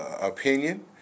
opinion